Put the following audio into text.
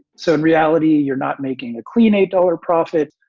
so in reality, you're not making a clean eight dollar profit.